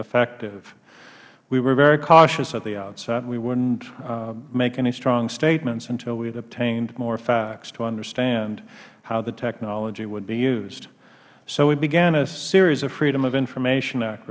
effective we were very cautious at the outset we wouldn't make any strong statements until we had obtained more facts to understand how the technology would be used so we began a series of freedom of information act